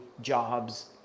jobs